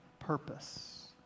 purpose